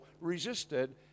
resisted